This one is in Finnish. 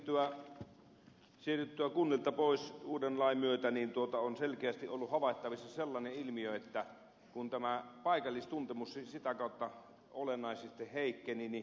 holhoustoimen siirryttyä kunnilta pois uuden lain myötä on selkeästi ollut havaittavissa sellainen ilmiö että tämä paikallistuntemus sitä kautta olennaisesti heikkeni